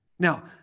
Now